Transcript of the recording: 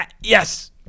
Yes